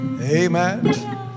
amen